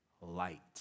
light